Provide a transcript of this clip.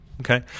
Okay